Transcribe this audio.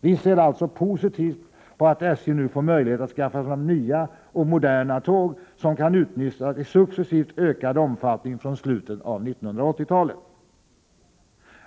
Vi ser alltså positivt på att SJ nu får möjlighet att skaffa fram nya och moderna tåg som kan utnyttjas successivt i ökad omfattning från slutet av 1980-talet.